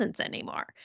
anymore